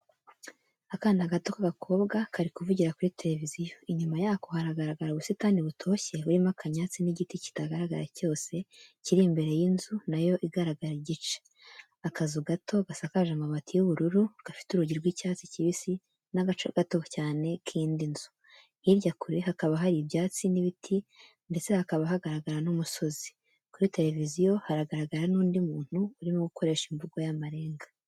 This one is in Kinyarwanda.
Akana gato k'agakobwa kari kuvugira kuri tereviziyo, inyuma yako haragaragara ubusitani butoshye burimo akanyatsi n'igiti kitagaragara cyose, kiri imbere y'inzu na yo igaragara igice, akazu gato gasakaje amabati y'ubururu, gafite urugi rw'icyatsi kibisi n'agace gato cyane k'indi nzu, hirya kure hakaba hari ibyatsi n'ibiti ndetse hakaba hagaragara n'umusozi, kuri tereviziyo haragaragara n'undi muntu urimo gukoresha imvugo y'amarenga.